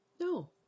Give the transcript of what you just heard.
No